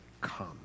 come